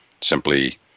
simply